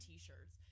T-shirts